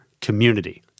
community